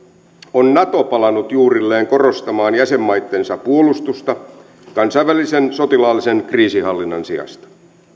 on nato palannut juurilleen korostamaan jäsenmaittensa puolustusta kansainvälisen sotilaallisen kriisinhallinnan sijasta